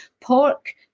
pork